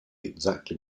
exactly